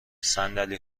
صندلی